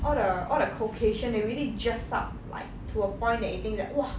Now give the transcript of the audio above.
all the all the caucasian they really dress up like to a point that you think that !wah!